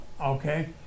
okay